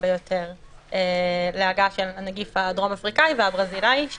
ביותר להגעה של הנגיף הדרום אפריקאי והברזילאי,